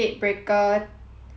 things that's going on